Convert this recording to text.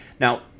Now